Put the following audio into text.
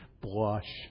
Blush